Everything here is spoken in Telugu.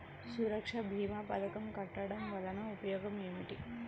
సురక్ష భీమా పథకం కట్టడం వలన ఉపయోగం ఏమిటి?